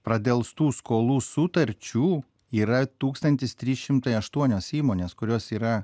pradelstų skolų sutarčių yra tūkstantis trys šimtai aštuonios įmonės kurios yra